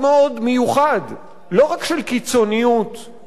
קיצוניות מדינית של ארץ-ישראל השלמה,